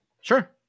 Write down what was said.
Sure